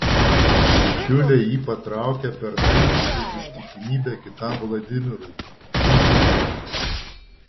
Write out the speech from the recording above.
bičiuliai jį patraukia per dantį už ištikimybę kitam vladimirui putinui